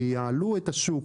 שייעלו את השוק,